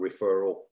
referral